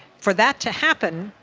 for that to happen,